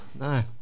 No